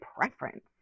preference